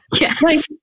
Yes